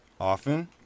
Often